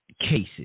cases